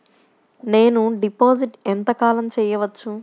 నేను డిపాజిట్ ఎంత కాలం చెయ్యవచ్చు?